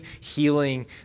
healing